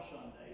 Sunday